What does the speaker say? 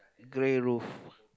grey roof